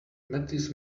mathis